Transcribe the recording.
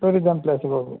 tourism ಪ್ಲೇಸಿಗೆ ಹೋಗೋದು